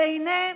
והינה,